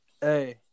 Hey